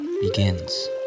begins